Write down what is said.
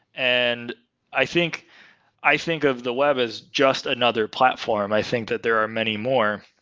and i think i think of the web as just another platform. i think that there are many more.